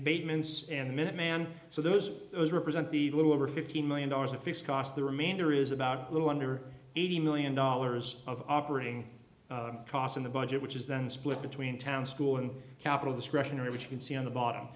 abatements and minuteman so those represent the little over fifteen million dollars in fixed cost the remainder is about a little under eighty million dollars of operating cost in the budget which is then split between town school and capital discretionary which you can see on the bottom